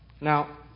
Now